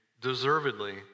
deservedly